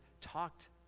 talked